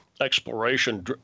exploration